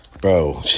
bro